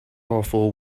awful